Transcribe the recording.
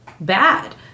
bad